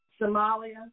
Somalia